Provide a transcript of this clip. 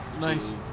Nice